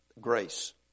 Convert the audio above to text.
grace